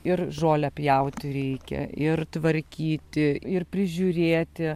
ir žolę pjauti reikia ir tvarkyti ir prižiūrėti